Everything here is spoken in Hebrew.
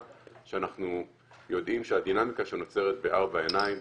שאנחנו יודעים שהדינמיקה שנוצרת בארבע עיניים,